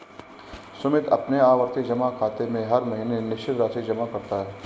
सुमित अपने आवर्ती जमा खाते में हर महीने निश्चित राशि जमा करता है